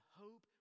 hope